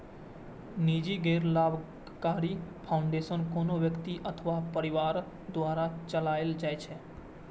निजी गैर लाभकारी फाउंडेशन कोनो व्यक्ति अथवा परिवार द्वारा चलाएल जाइ छै